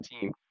team